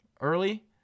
early